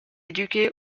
éduqué